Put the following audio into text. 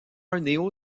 néo